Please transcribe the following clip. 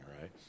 right